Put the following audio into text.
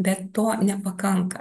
bet to nepakanka